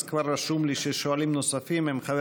אז כבר רשום לי ששואלים נוספים הם חבר